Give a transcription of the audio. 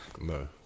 no